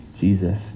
Jesus